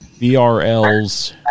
VRL's